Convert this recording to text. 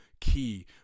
key